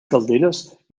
calderes